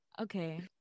Okay